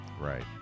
Right